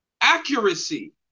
accuracy